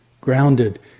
grounded